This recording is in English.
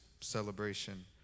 celebration